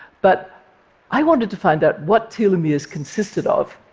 but i wanted to find out what telomeres consisted of,